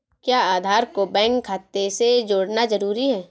क्या आधार को बैंक खाते से जोड़ना जरूरी है?